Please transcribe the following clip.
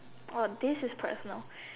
oh this is personal